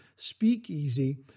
Speakeasy